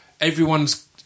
everyone's